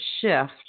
shift